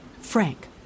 Frank